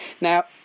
Now